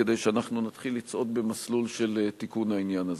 כדי שאנחנו נתחיל לצעוד במסלול של תיקון העניין הזה.